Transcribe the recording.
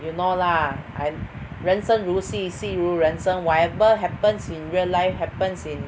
you know lah I 人生如戏戏如人生 whatever happens in real life happens in